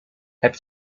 heb